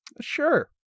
Sure